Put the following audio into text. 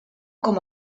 com